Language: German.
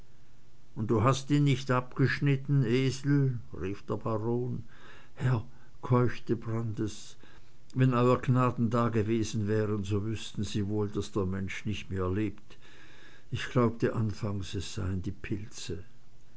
und du hast ihn nicht ab geschnitten esel rief der baron herr keuchte brandis wenn ew gnaden dagewesen wären so wüßten sie wohl daß der mensch nicht mehr lebt ich glaubte anfangs es seien die pilze